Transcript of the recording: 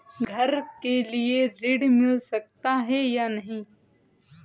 घर के लिए ऋण मिल सकता है या नहीं?